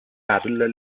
parallel